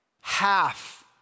Half